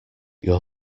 your